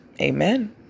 Amen